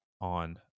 on